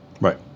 Right